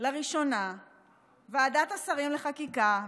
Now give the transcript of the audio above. לראשונה ועדת השרים לחקיקה,